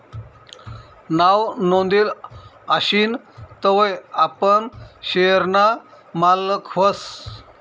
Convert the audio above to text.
नाव नोंदेल आशीन तवय आपण शेयर ना मालक व्हस